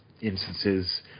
instances